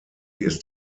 ist